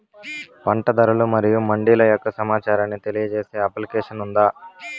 పంట ధరలు మరియు మండీల యొక్క సమాచారాన్ని తెలియజేసే అప్లికేషన్ ఉందా?